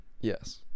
yes